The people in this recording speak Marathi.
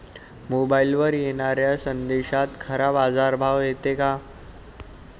मोबाईलवर येनाऱ्या संदेशात खरा बाजारभाव येते का?